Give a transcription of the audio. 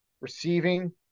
receiving